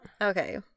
Okay